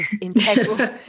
integral